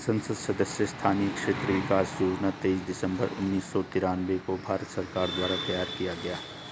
संसद सदस्य स्थानीय क्षेत्र विकास योजना तेईस दिसंबर उन्नीस सौ तिरान्बे को भारत सरकार द्वारा तैयार किया गया